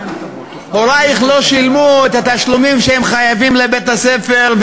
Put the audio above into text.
הורייך לא שילמו את התשלומים שהם חייבים לבית-הספר,